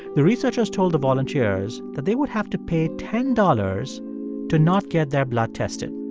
the researchers told the volunteers that they would have to pay ten dollars to not get their blood tested.